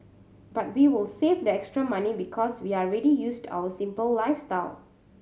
but we will save the extra money because we are already used to our simple lifestyle